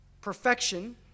perfection